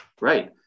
Right